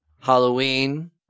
Halloween